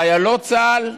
חיילות צה"ל,